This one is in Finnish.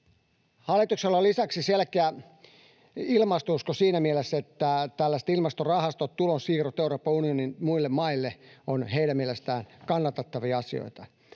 Hallituksella on lisäksi selkeä ilmastousko siinä mielessä, että tällaiset ilmastorahastot, tulonsiirrot Euroopan unionin muille maille, ovat heidän mielestään kannatettavia asioita.